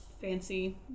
fancy